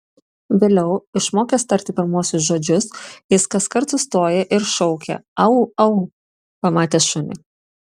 vėliau išmokęs tarti pirmuosius žodžius jis kaskart sustoja ir šaukia au au pamatęs šunį